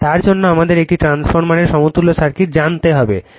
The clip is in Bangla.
তার জন্য আমাদের একটি ট্রান্সফরমারের সমতুল্য সার্কিট জানতে হবে